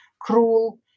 cruel